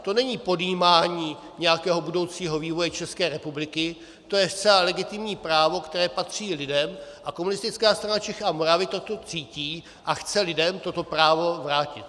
To není podjímání nějakého budoucího vývoje České republiky, to je zcela legitimní právo, které patří lidem, a Komunistická strana Čech a Moravy to tu cítí a chce lidem toto právo vrátit.